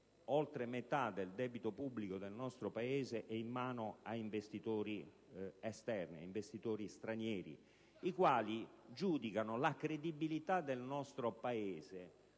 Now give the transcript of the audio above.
oltre metà del debito pubblico nel nostro Paese è in mano a investitori esterni, a investitori stranieri, i quali giudicano la credibilità del nostro Paese